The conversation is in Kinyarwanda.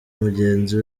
mugenzi